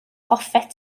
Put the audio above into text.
hoffet